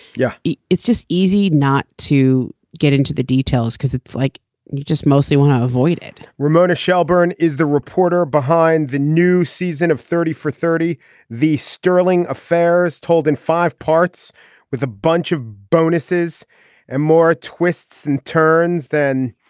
yeah it's just easy not to get into the details because it's like you just mostly want to avoid it ramona shelburne is the reporter behind the new season of thirty for thirty the sterling affairs told in five parts with a bunch of bonuses and more twists and turns than